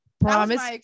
promise